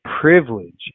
privilege